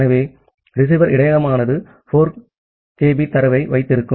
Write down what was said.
ஆகவே ரிசீவர் இடையகமானது 4 kB தரவை வைத்திருக்கும்